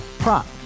Prop